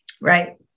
Right